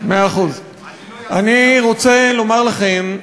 אני רוצה לומר לכם,